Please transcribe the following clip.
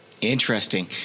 Interesting